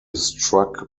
struck